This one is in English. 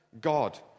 God